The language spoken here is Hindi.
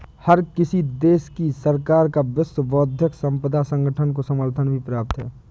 हर किसी देश की सरकार का विश्व बौद्धिक संपदा संगठन को समर्थन भी प्राप्त है